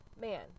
man